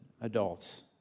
adults